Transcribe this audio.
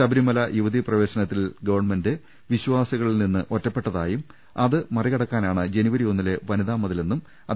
ശബ രിമല യുവതീ പ്രവേശനത്തിൽ ഗവൺമെന്റ് വിശ്വാസികളിൽ നിന്നും ഒറ്റ പ്പെട്ടതായും അത് മറികടക്കാനാണ് ജനുവരി ഒന്നിലെ വനിതാ മതിലെന്നും അദ്ദേഹം പറഞ്ഞു